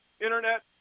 internet